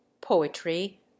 Poetry